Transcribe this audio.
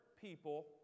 people